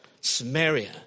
Samaria